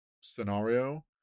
scenario